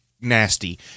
nasty